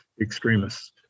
extremists